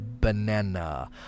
banana